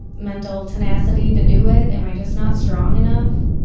mental tenacity to do it? am i just not strong enough?